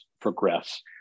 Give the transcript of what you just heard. progress